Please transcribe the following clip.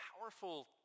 powerful